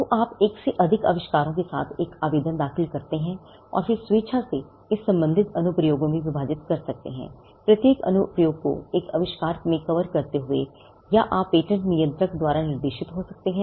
तो आप एक से अधिक आविष्कारों के साथ एक आवेदन दाखिल करते हैं फिर आप स्वेच्छा से इसे संबंधित अनुप्रयोगों में विभाजित कर सकते हैं प्रत्येक अनुप्रयोग को एक आविष्कार को कवर करते हुए या आप पेटेंट नियंत्रक द्वारा निर्देशित हो सकते हैं